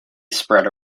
spread